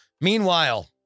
Meanwhile